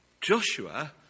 Joshua